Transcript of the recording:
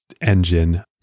engine